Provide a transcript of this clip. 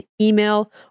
email